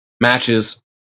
matches